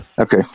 Okay